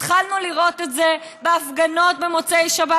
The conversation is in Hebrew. התחלנו לראות את זה בהפגנות במוצאי שבת,